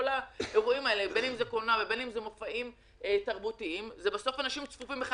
של אנשים צפופים.